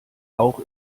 auch